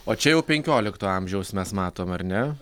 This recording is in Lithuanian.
o čia jau penkiolikto amžiaus mes matom ar ne